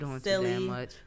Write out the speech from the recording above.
silly